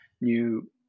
new